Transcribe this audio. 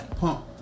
pump